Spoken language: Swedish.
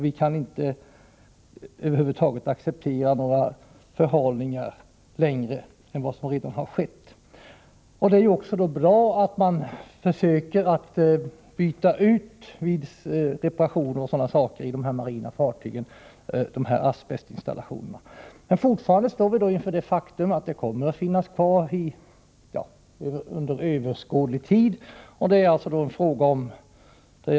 Vi kan över huvud taget inte acceptera några fler förhalningar utöver vad som redan skett. Det är också bra att man vid reparationer och liknande försöker byta ut asbestinstallationerna i de marina fartygen. Men fortfarande står vi inför det faktum att asbest under överskådlig tid kommer att finnas kvar.